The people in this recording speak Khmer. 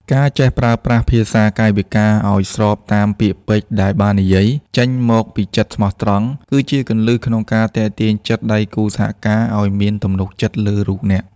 ការចេះប្រើប្រាស់ភាសាកាយវិការឱ្យស្របតាមពាក្យពេចន៍ដែលបាននិយាយ ចេញមកពីចិត្តស្មោះត្រង់ គឺជាគន្លឹះក្នុងការទាក់ទាញចិត្តដៃគូសហការឱ្យមានទំនុកចិត្តលើរូបអ្នក។